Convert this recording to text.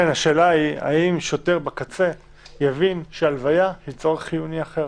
השאלה היא אם שוטר בקצה יבין שהלוויה זה צורך חיוני אחר.